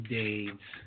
days